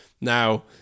now